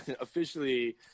Officially